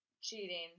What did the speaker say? cheating